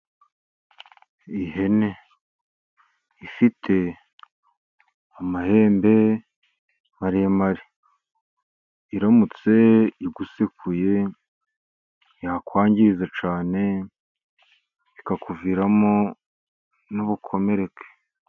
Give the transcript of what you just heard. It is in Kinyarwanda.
Ihene ifite amahembe maremare. Iramutse igusekuye, yakwangiriza cyane, bikakuviramo n'ubukomereke.